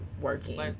working